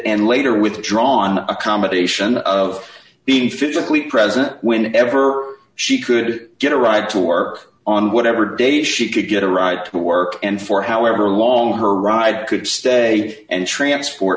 and later withdrawn accommodation of being physically present when ever she could get a ride to work on whatever day she could get a ride to work and for however long her ride could stay and transport